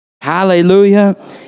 Hallelujah